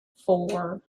four